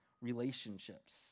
relationships